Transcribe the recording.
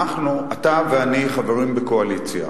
אתה ואני חברים בקואליציה.